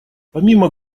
помимо